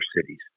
cities